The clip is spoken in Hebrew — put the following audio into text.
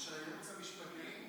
ושל הייעוץ המשפטי,